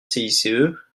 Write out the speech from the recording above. cice